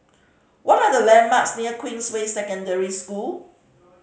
what are the landmarks near Queensway Secondary School